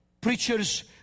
preachers